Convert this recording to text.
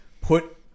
put